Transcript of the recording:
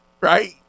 right